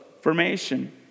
formation